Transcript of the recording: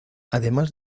además